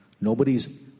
Nobody's